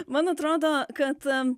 man atrodo kad